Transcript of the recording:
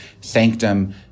sanctum